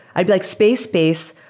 i'd be like, space, space,